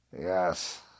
Yes